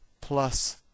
plus